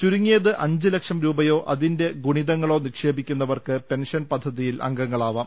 ചുരുങ്ങിയത് അഞ്ച് ലക്ഷം രൂപയോ അതിന്റെ ഗുണിതങ്ങളോ നിക്ഷേപിക്കുന്നവർക്ക് പെൻഷൻ പദ്ധതിയിൽ അംഗങ്ങളാവാം